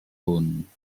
hwn